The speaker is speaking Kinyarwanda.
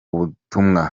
butumwa